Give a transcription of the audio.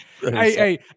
hey